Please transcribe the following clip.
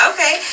Okay